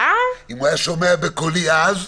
אם הוא היה שומע בקולי אז,